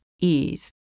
ease